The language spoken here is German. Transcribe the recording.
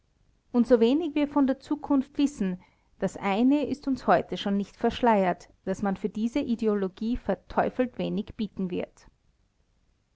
und so wenig wir von der zukunft wissen das eine ist uns heute schon nicht verschleiert daß man für diese ideologie verteufelt wenig bieten wird